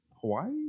Hawaii